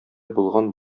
булган